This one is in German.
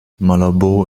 malabo